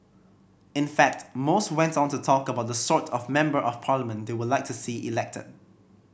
in fact most went on to talk about the sort of Member of Parliament they would like to see elected